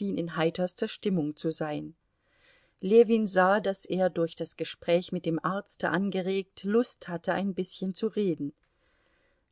in heiterster stimmung zu sein ljewin sah daß er durch das gespräch mit dem arzte angeregt lust hatte ein bißchen zu reden